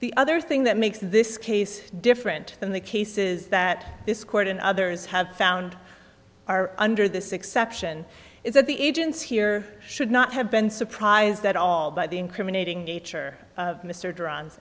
the other thing that makes this case different than the cases that this court and others have found are under this exception is that the agents here should not have been surprised at all by the incriminating nature of mr